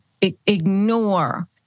ignore